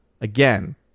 again